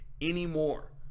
anymore